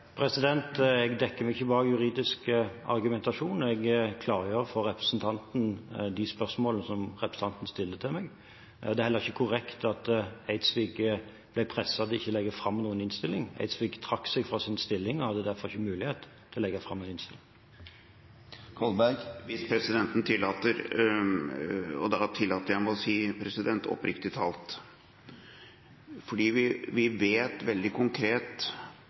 Jeg dekker meg ikke bak juridisk argumentasjon. Jeg klargjør for representanten de spørsmålene som representanten stiller meg. Det er heller ikke korrekt at Eidsvik ble presset til ikke å legge fram sin innstilling. Eidsvik trakk seg fra sin stilling og hadde derfor ikke mulighet til å legge fram sin innstilling. Hvis presidenten tillater, tillater jeg meg å si «oppriktig talt».